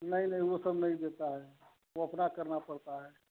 नहीं नहीं वो सब नहीं देता है वो अपना करना पड़ता है